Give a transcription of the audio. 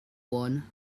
one